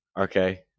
okay